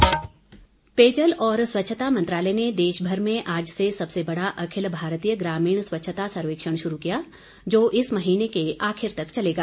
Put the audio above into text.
स्वच्छता सर्वेक्षण पेयजल और स्वच्छता मंत्रालय ने देशभर में आज से सबसे बड़ा अखिल भारतीय ग्रामीण स्वच्छता सर्वेक्षण शुरू किया जो इस महीने के आखिर तक चलेगा